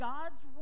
God's